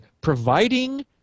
providing